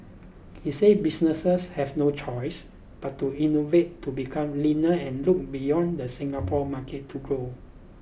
he said businesses have no choice but to innovate to become leaner and look beyond the Singapore market to grow